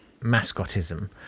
mascotism